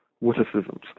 witticisms